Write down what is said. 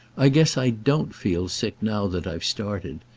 i guess i don't feel sick now that i've started.